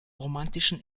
romantischen